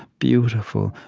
beautiful,